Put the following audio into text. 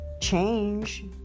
change